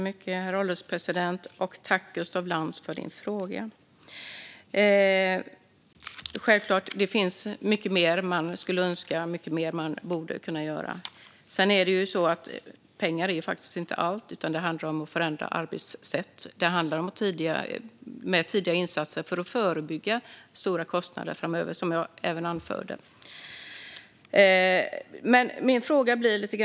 Herr ålderspresident! Tack för din fråga, Gustaf Lantz! Självklart finns det mycket mer man skulle önska och mycket mer man borde kunna göra. Sedan är pengar faktiskt inte allt, utan det handlar om att förändra arbetssätt och att med tidiga insatser förebygga stora kostnader framöver, vilket jag även sa i mitt anförande.